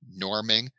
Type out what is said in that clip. norming